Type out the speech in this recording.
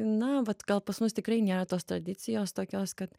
na vat gal pas mus tikrai nėra tos tradicijos tokios kad